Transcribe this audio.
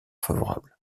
favorables